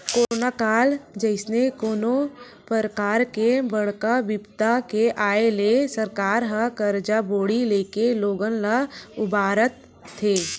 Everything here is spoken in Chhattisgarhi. करोना काल जइसे कोनो परकार के बड़का बिपदा के आय ले सरकार ह करजा बोड़ी लेके लोगन ल उबारथे